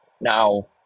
Now